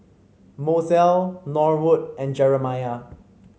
Mozell Norwood and Jeremiah